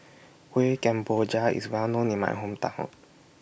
Kueh Kemboja IS Well known in My Hometown